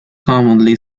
commonly